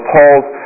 Paul's